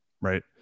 right